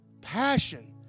Passion